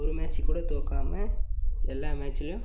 ஒரு மேட்ச் கூட தோற்க்காம எல்லா மேட்ச்லையும்